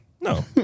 no